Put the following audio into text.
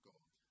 God